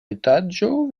etaĝo